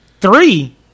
Three